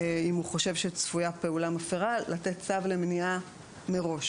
אם הוא חושב שצפויה פעולה מפרה לתת צו מניעה מראש.